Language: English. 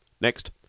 Next